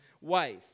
wife